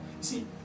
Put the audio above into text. See